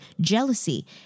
jealousy